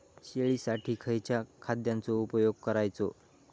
शेळीसाठी खयच्या खाद्यांचो उपयोग करायचो?